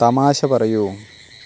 തമാശ പറയൂ